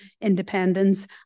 independence